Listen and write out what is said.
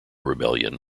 rebellion